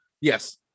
Yes